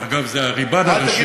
אגב, זה הריבאונד הראשי,